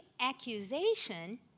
accusation